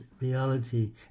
reality